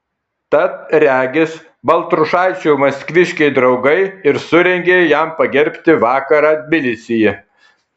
tad regis baltrušaičio maskviškiai draugai ir surengė jam pagerbti vakarą tbilisyje